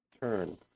Turn